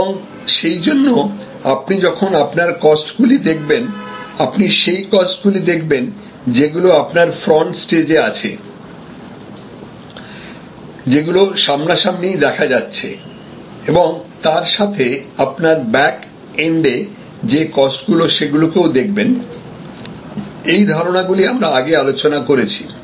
এবং সেই জন্য আপনি যখন আপনার কস্ট গুলি দেখবেন আপনি সেই কস্টগুলো দেখবেন যেগুলো আপনার ফ্রন্ট স্টেজে আছে তারমানে যেগুলো সামনাসামনি দেখা যাচ্ছে এবং তার সাথে আপনার ব্যাক এন্ন্ডে যে কস্টগুলো সেগুলোকেও দেখবেন এই ধারণাগুলো আমরা আগে আলোচনা করেছি